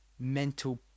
mental